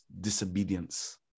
disobedience